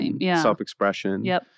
self-expression